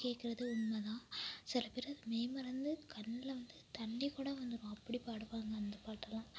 கேக்கிறது உண்மை தான் சில பேர் மெய்மறந்து கண்ணில் வந்து தண்ணிர் கூட வந்துடும் அப்படி பாடுவாங்க அந்த பாட்டெல்லாம்